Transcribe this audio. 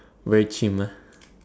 very cheem ah